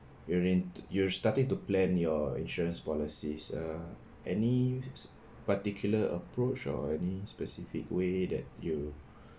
during you're starting to plan your insurance policies uh any particular approach or any specific way that you